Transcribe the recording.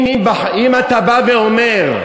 אם אתה בא ואומר,